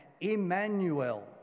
Emmanuel